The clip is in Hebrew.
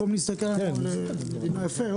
יפה.